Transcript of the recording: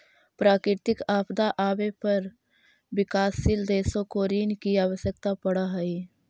प्राकृतिक आपदा आवे पर विकासशील देशों को ऋण की आवश्यकता पड़अ हई